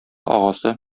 агасы